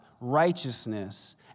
righteousness